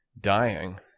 dying